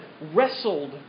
wrestled